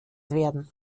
werden